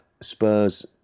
Spurs